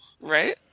Right